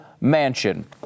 Mansion